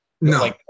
No